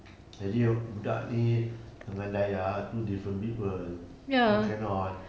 jadi budak ini dengan dayah are two different people so cannot